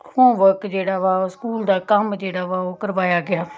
homework ਜਿਹੜਾ ਵਾ ਓਹ ਸਕੂਲ ਦਾ ਕੰਮ ਜਿਹੜਾ ਵਾ ਉਹ ਕਰਵਾਇਆ ਗਿਆ